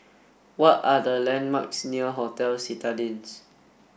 what are the landmarks near Hotel Citadines